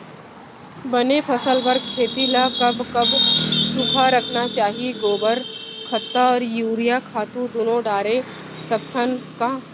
बने फसल बर खेती ल कब कब सूखा रखना चाही, गोबर खत्ता और यूरिया खातू दूनो डारे सकथन का?